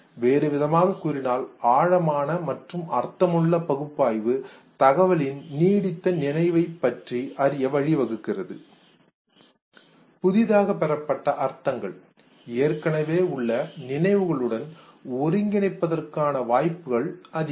வேறுவிதமாக கூறினால் ஆழமான மற்றும் அர்த்தமுள்ள பகுப்பாய்வு தகவலின் நீடித்த நினைவைப் பற்றி அரிய வழிவகுக்கிறது புதிதாக பெறப்பட்ட அர்த்தங்கள் ஏற்கனவே உள்ள நினைவுகளுடன் ஒருங்கிணைப்பதற்கான வாய்ப்புகள் அதிகம்